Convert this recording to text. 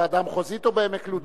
בוועדה המחוזית או בעמק לוד?